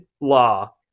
law